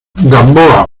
gamboa